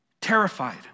terrified